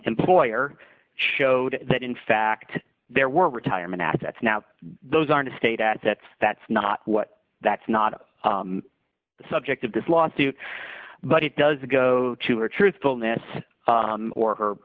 employer showed that in fact there were retirement assets now those aren't estate assets that's not what that's not the subject of this lawsuit but it does go to her truthfulness or her